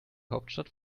hauptstadt